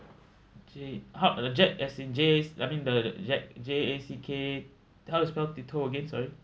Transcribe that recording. okay ho~ the jack as in J A C I mean the the jack J A C K how to spell t~ toh again sorry